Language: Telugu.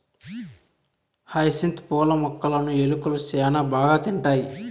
హైసింత్ పూల మొక్కలును ఎలుకలు శ్యాన బాగా తింటాయి